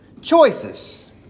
choices